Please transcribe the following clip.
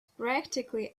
practically